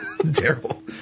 Terrible